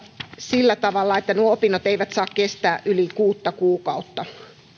sillä tavalla että nuo opinnot eivät saa kestää yli kuutta kuukautta